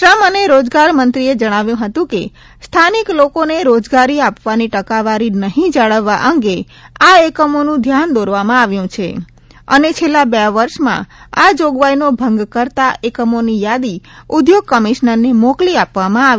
શ્રમ અને રોજગાર મંત્રીએ જણાવ્યું હતું કે સ્થાનિક લોકોને રોજગારી આપવાની ટકાવારી નહીં જાળવવા અંગે આ એકમોનું ધ્યાન દોરવામાં આવ્યું છે અને છેલ્લા બે વર્ષમાં આ જોગવાઇનો ભંગ કરતાં એકમોની યાદી ઉદ્યોગ કમિશનરને મોકલી આપવામાં આવી છે